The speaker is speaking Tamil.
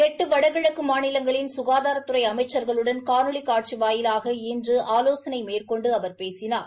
எட்டு வடகிழக்கு மாநிலங்களின் ககாதாரத்துறை அமைச்சர்களுடன் காணொலி காட்சி வாயிலாக இன்று ஆலோசனை மேற்கொண்டு அவர் பேசினார்